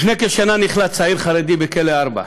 לפני כשנה נכלא צעיר חרדי בכלא 4,